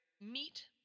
Meet